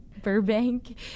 Burbank